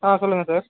ஆ சொல்லுங்கள் சார்